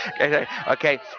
okay